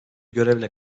görevle